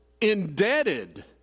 indebted